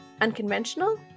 Unconventional